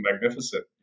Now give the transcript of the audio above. magnificent